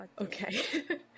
Okay